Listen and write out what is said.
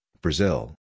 Brazil